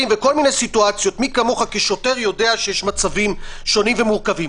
וכל מיני סיטואציות מי כמוך כשוטר יודע שיש מצבים שונים ומורכבים.